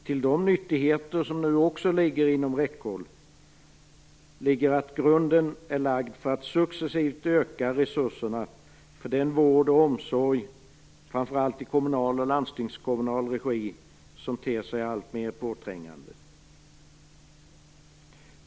Till dessa nyttigheter hör också att grunden nu är lagd för att successivt öka resurserna till de behov av vård och omsorg - framför allt i kommunal och landstingskommunal regi - som ter sig alltmer påträngande.